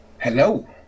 Hello